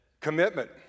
Commitment